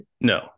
No